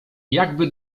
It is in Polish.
jakby